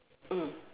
mm